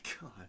God